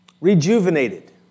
rejuvenated